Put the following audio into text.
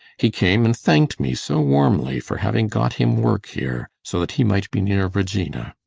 he came and thanked me so warmly for having got him work here, so that he might be near regina.